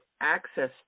access